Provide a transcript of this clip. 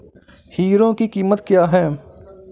Hero की कीमत क्या है?